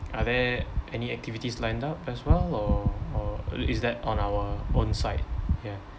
are there any activities lined up as well or or i~ is that on our own side ya